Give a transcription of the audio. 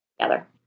together